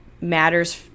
matters